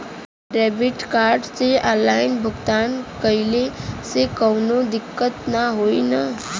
Debit card से online भुगतान कइले से काउनो दिक्कत ना होई न?